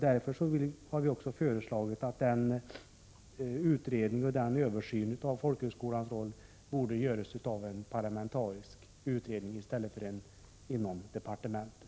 Därför har vi också föreslagit att översynen av folkhögskolans roll görs av en parlamentarisk utredning i stället för inom departementet.